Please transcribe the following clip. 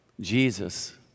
Jesus